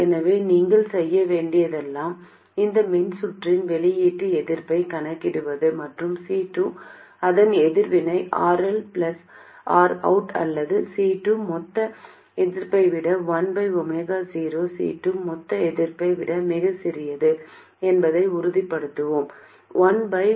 எனவே நீங்கள் செய்ய வேண்டியதெல்லாம் இந்த மின்சுற்றின் வெளியீட்டு எதிர்ப்பைக் கணக்கிடுவது மற்றும் C2 அதன் எதிர்வினைRL Rout அல்லது C2 மொத்த எதிர்ப்பை விட 1 0C2 மொத்த எதிர்ப்பை விட மிகச் சிறியது என்பதை உறுதிப்படுத்தவும்